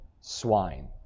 swine